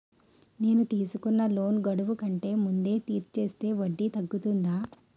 నేను తీసుకున్న లోన్ గడువు కంటే ముందే తీర్చేస్తే వడ్డీ తగ్గుతుందా?